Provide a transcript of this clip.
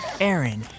Aaron